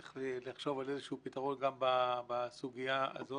צריך לחשוב על איזה שהוא פתרון גם בסוגיה הזאת.